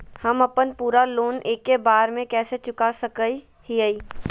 हम अपन पूरा लोन एके बार में कैसे चुका सकई हियई?